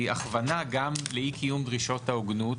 הכוונה גם לאי קיום דרישות ההוגנות,